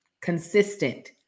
consistent